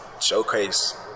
showcase